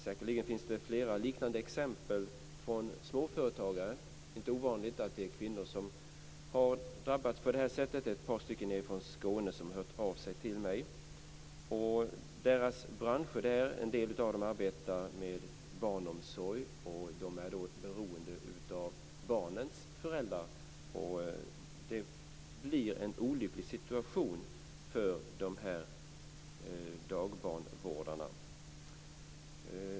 Säkerligen finns det flera liknande exempel från småföretagare. Det är inte ovanligt att det är kvinnor som drabbas på detta sätt. Ett par stycken nerifrån Skåne har hört av sig till mig. En del av kvinnorna arbetar med barnomsorg, och de är då beroende av barnens föräldrar. Det blir en olycklig situation för dessa dagbarnvårdare.